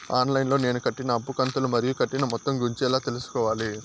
On line లో నేను కట్టిన అప్పు కంతులు మరియు కట్టిన మొత్తం గురించి ఎలా తెలుసుకోవాలి?